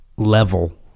level